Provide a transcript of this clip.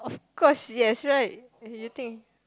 cause yes right you think